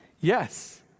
yes